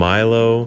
Milo